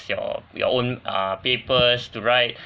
your your own uh papers to write